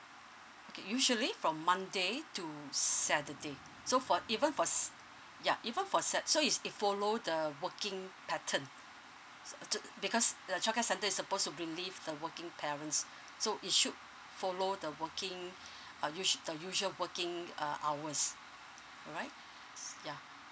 okay usually from monday to s~ saturday so for even for s~ ya even for sat~ so is it follow the working pattern because the childcare centre is supposed to relieve the working parents so it should follow the working uh us~ the usual working uh hours all right ya